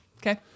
Okay